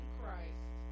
Christ